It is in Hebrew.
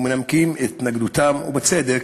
ומנמקים את התנגדותם, ובצדק,